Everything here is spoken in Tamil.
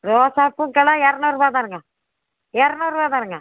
ரோஜா பூக்கெல்லாம் இரநூறுரூபாதானங்க இரநூறுரூவாதானங்க